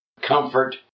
comfort